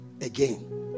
again